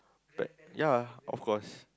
yea of course